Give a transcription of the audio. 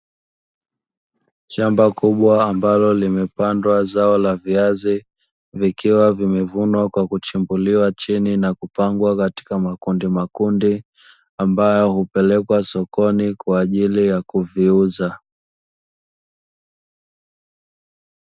Shamba kubwa ambalo limepandwa zao la viazi, vikiwa vimevunwa kwa kuchimbuliwa chini na kupangwa katika makundi makundi, ambayo hupelekwa sokoni kwa ajili ya kuviuza.